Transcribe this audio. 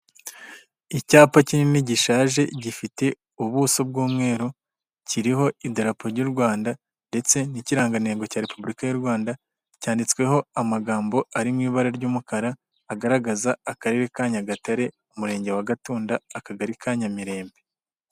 Icyapa kinini gishaje gifite ubuso bw'umweru, kiriho idarapo y'u Rwanda ndetse n'ikirangantego cya Repubulika y'u Rwanda, cyanditsweho amagambo ari mu ibara ry'umukara agaragaza: Akarere ka Nyagatare, Umurenge wa Gatunda, Akagari ka Nyamirembe.